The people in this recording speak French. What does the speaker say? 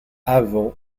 avant